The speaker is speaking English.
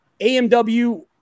AMW